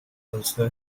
also